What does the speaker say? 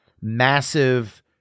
massive